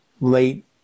late